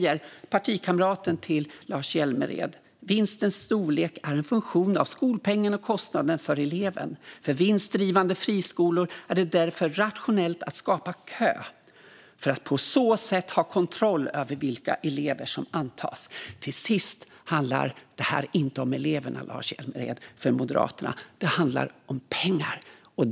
En partikamrat till Lars Hjälmered säger att vinstens storlek är en funktion av skolpengen och kostnaden för eleven och att det för vinstdrivande friskolor därför är rationellt att skapa kö för att på så sätt ha kontroll över vilka elever som antas. Till sist, Lars Hjälmered, handlar det här för Moderaterna inte om eleverna, utan det handlar om pengar.